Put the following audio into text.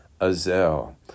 Azel